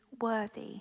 worthy